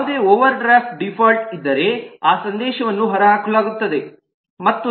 ಯಾವುದೇ overdraft default ಇದ್ದರೆ ಆ ಸಂದೇಶವನ್ನು ಹೊರಹಾಕಲಾಗುತ್ತದೆ ಮತ್ತು ಹೀಗೆ